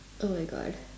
oh my god